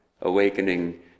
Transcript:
awakening